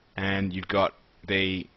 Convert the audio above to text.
and you've got the